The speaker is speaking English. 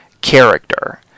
character